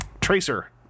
Tracer